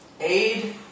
aid